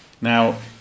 Now